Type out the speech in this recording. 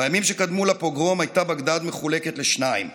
בימים שקדמו לפוגרום הייתה בגדאד מחולקת לשניים: